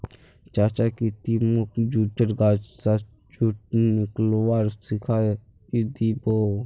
चाचा की ती मोक जुटेर गाछ स जुट निकलव्वा सिखइ दी बो